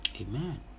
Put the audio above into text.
Amen